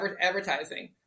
advertising